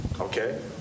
okay